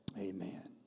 Amen